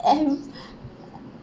ev~